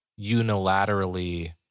unilaterally